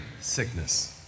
Sickness